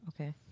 Okay